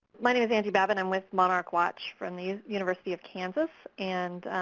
my name is angie babbit. i'm with monarch watch from the university of kansas. and